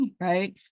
Right